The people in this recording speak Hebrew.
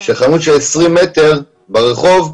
כשחנות של 20 מטר ברחוב,